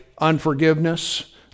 unforgiveness